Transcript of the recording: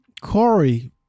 Corey